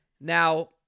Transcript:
Now